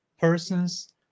persons